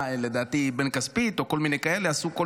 לדעתי בן כספית או כל מיני כאלה עשו כל